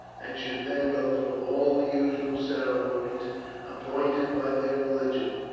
and should then go through all the usual ceremonies appointed by their religion,